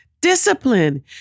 Discipline